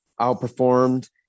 outperformed